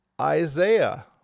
Isaiah